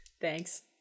Thanks